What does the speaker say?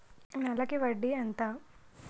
నెలకి వడ్డీ ఎంత?